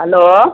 hello